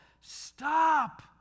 Stop